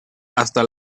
hasta